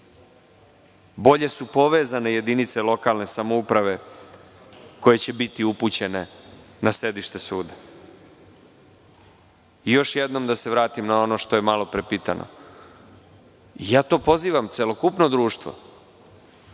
Bolje su povezane jedinice lokalne samouprave koje će biti upućene na sedište suda. Još jednom da se vratimo na ono što je malo pre pitano. Ja to pozivam celokupno društvo,